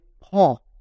Paul